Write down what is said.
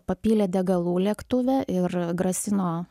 papylė degalų lėktuve ir grasino